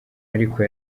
ariko